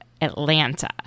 Atlanta